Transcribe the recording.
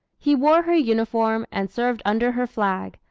he wore her uniform and served under her flag,